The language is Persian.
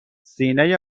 سینه